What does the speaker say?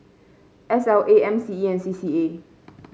S L A M C E and C C A